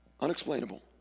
unexplainable